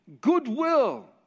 goodwill